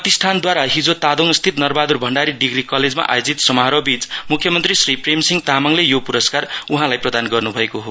प्रतिष्ठानद्वारा हिजो तादोङस्थित नरबहादुर भण्डारी डिग्री कलेजमा आयोजित समारोहबीच मुख्यमन्त्री श्री प्रेम सिंह तामाङले यो पुरस्कार उहाँलाई प्रदान गर्नु भएको हो